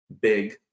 big